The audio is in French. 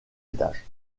étage